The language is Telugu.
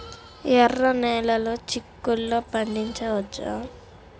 ఎర్ర నెలలో చిక్కుల్లో పండించవచ్చా?